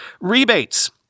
Rebates